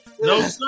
No